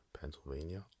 Pennsylvania